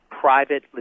private